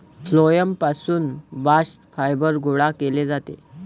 phloem पासून bast fibre गोळा केले जाते